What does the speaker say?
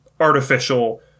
artificial